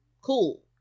cool